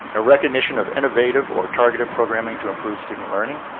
a recognition of innovative or targeted programming to improve student learning,